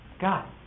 God